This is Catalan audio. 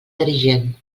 dirigent